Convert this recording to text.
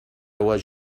was